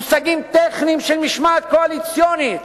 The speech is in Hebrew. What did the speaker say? מושגים טכניים של משמעת קואליציונית,